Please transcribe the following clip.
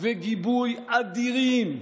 וגיבוי אדירים,